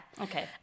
Okay